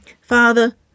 Father